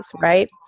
right